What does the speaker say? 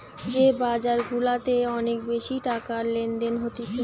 যে বাজার গুলাতে অনেক বেশি টাকার লেনদেন হতিছে